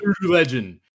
Legend